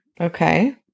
Okay